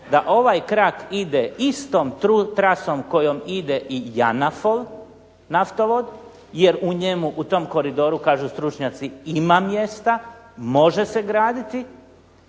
da ovaj krak ide istom trasom kojom ide i JANAF-ov naftovod jer u njemu, u tom koridoru kažu stručnjaci ima mjesta, može se graditi,